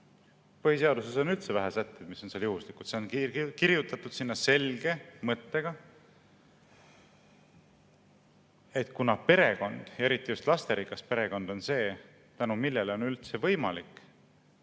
Põhiseaduses on üldse vähe sätteid, mis on seal juhuslikult. See on kirjutatud sinna selge mõttega, et kuna perekond, eriti lasterikas perekond, on see, tänu millele on üldse võimalik